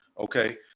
Okay